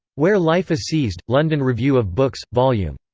where life is seized, london review of books, vol. yeah um